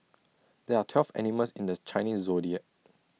there are twelve animals in the Chinese Zodiac